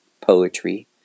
poetry